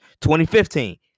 2015